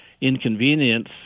inconvenience